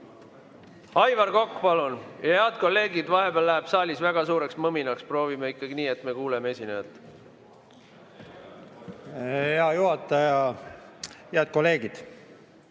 Aivar Kokk, palun! Head kolleegid, vahepeal läheb saalis väga suureks mõminaks. Proovime ikkagi nii, et me kuuleme esinejat. Aivar Kokk, palun! Head kolleegid,